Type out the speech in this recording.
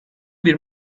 bir